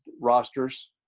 rosters